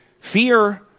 fear